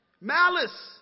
Malice